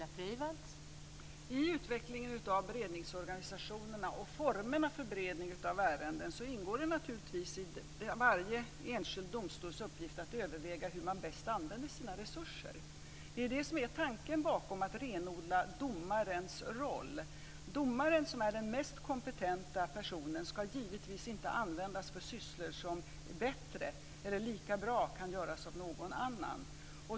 Fru talman! I utvecklingen av beredningsorganisationerna och formerna för beredning av ärenden är det naturligtvis varje enskild domstols uppgift att överväga hur man bäst använder sina resurser. Det är det som är tanken bakom att renodla domarens roll. Domaren, som är den mest kompetenta personen, ska givetvis inte användas för sysslor som bättre eller lika bra kan göras av någon annan.